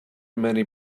many